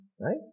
right